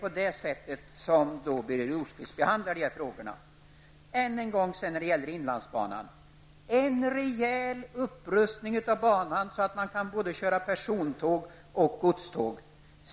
Angående inlandsbanan vill jag än en gång säga, att vad som behövs är en rejäl upprustning av banan som gör det möjligt att köra både persontåg och godståg.